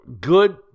good